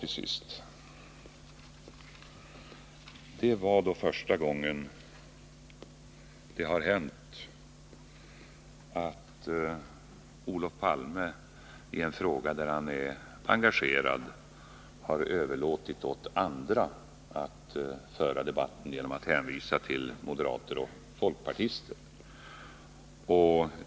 Till sist: Detta var första gången det har hänt att Olof Palme i en fråga, där han är engagerad, har överlåtit åt andra att föra debatten genom att hänvisa till moderater och folkpartister.